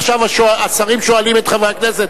עכשיו השרים שואלים את חברי הכנסת.